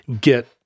get